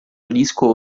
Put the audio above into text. disco